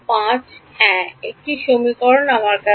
5 হ্যাঁ একটি সমীকরণ আমার কাছে